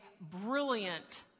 brilliant